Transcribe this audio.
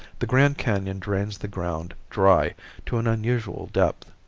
the grand canon drains the ground dry to an unusual depth.